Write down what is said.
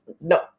no